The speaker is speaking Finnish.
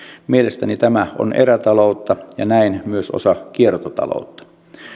mielestäni tämä on erätaloutta ja näin myös osa kiertotaloutta